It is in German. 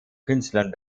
künstlern